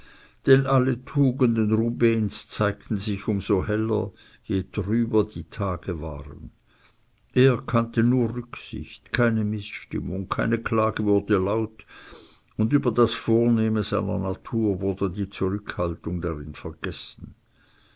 denn alle tugenden rubehns zeigten sich um so heller je trüber die tage waren er kannte nur rücksicht keine mißstimmung keine klage wurde laut und über das vornehme seiner natur wurde die zurückhaltung darin vergessen